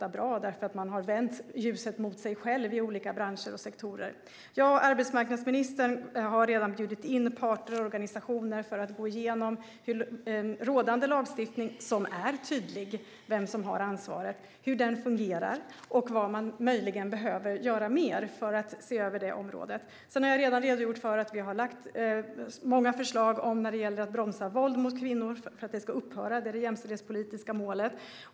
Olika branscher och sektorer har vänt ljust mot sig själva. Jag och arbetsmarknadsministern har redan bjudit in parter och organisationer för att gå igenom rådande lagstiftning, där det är tydligt vem som har ansvaret, hur den fungerar och vad man möjligen behöver göra mer för att se över det området. Sedan har jag redan redogjort för att vi har lagt många förslag för att våld mot kvinnor ska bromsas och upphöra, vilket är det jämställdhetspolitiska målet.